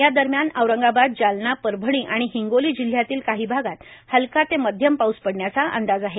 या दरम्यान औरंगाबाद जालना परभणी आणि हिंगोली जिल्ह्यांतील काही भागांत हलका ते मध्यम पाऊस पडण्याचा अंदाज आहे